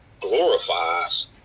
glorifies